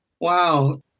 Wow